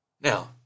Now